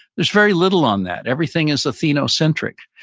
there's very little on that, everything is ethnocentric.